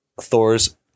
Thor's